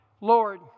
Lord